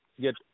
get